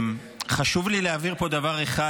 חשוב לי להבהיר פה דבר אחד,